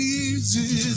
easy